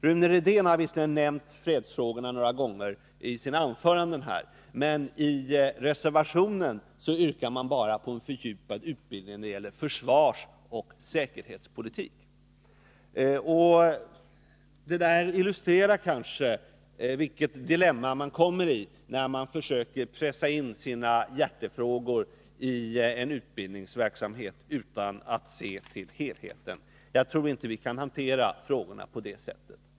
Rune Rydén har visserligen nämnt fredsfrågorna några gånger i sina anföranden här, men i reservationen yrkar man bara på en fördjupad utbildning när det gäller försvarsoch säkerhetspolitik. Det där illustrerar kanske vilket dilemma man kommer i när man försöker pressain sina hjärtefrågor i utbildningsverksamheten utan att se till helheten. Jag tror inte att vi kan hantera frågan på det sättet.